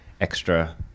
extra